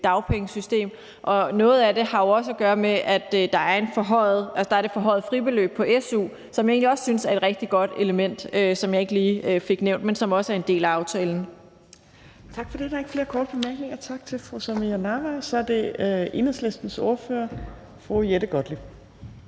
dagpengesystem, og noget af det har jo også at gøre med, at der er det forhøjede fribeløb på su, som jeg egentlig også synes er et rigtig godt element, men som jeg ikke lige fik nævnt, men som også er en del af aftalen. Kl. 15:02 Tredje næstformand (Trine Torp): Tak for det. Der er ikke flere korte bemærkninger, så vi siger tak til fru Samira Nawa. Så er det Enhedslistens ordfører, fru Jette Gottlieb.